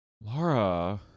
Laura